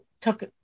took